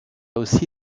aussi